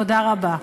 תודה רבה.